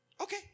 Okay